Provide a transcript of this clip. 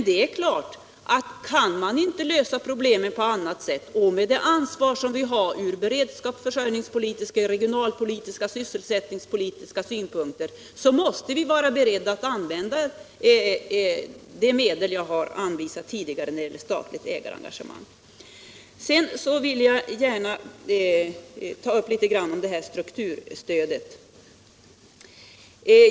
Det är klart att om problemen inte kan lösas på annat sätt och med det ansvar som man har ur beredskapspolitiska, regionalpolitiska och sysselsättningspolitiska synpunkter, måste vi vara beredda att använda de medel som jag har anvisat tidigare, nämligen statligt ägarengagemang. Slutligen vill jag gärna ta upp frågan om strukturstödet.